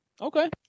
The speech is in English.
Okay